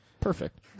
Perfect